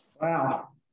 Wow